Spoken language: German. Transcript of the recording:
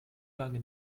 lange